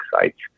sites